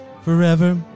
Forever